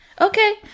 Okay